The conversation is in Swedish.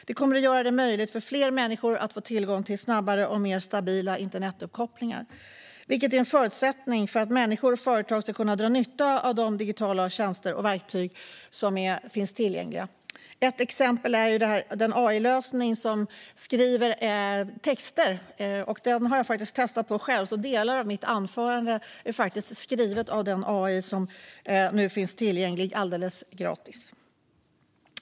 Det kommer att göra det möjligt för fler människor att få tillgång till snabbare och mer stabila internetuppkopplingar, vilket är en förutsättning för att människor och företag ska kunna dra nytta av de digitala tjänster och verktyg som finns tillgängliga. Ett exempel är den AI-lösning som skriver texter. Den har jag testat själv, och delar av mitt anförande är faktiskt skrivna av den AI som nu finns tillgänglig alldeles gratis.